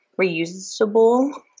reusable